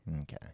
Okay